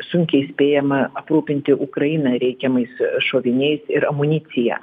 sunkiai spėjama aprūpinti ukrainą reikiamais šoviniais ir amunicija